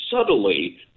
subtly